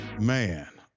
man